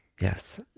Yes